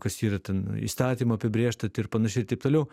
kas yra ten įstatymu apibrėžta tai ir panašiai ir taip toliau